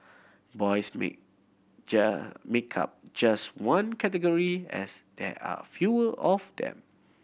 boys make make up just one category as there are fewer of them